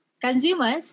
Consumers